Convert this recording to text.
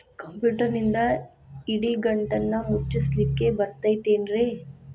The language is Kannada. ಕಂಪ್ಯೂಟರ್ನಿಂದ್ ಇಡಿಗಂಟನ್ನ ಮುಚ್ಚಸ್ಲಿಕ್ಕೆ ಬರತೈತೇನ್ರೇ?